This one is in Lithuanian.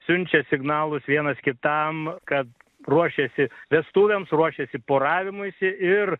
siunčia signalus vienas kitam kad ruošiasi vestuvėms ruošiasi poravimuisi ir